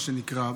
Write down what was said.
מה שנקרא,